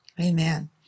Amen